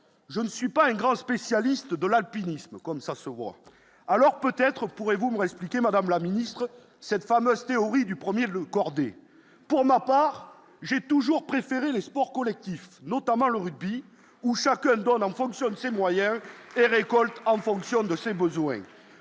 je ne suis pas un grand spécialiste de l'alpinisme, comme ça se voit, alors peut-être pourrez vous expliquer, madame la ministre, cette fameuse théorie du 1er lot cordée pour ma part, j'ai toujours préféré les sports collectifs, notamment le rugby où chacun donne en fonction de ses moyens et récolte en fonction de ses besoins,